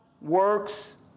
works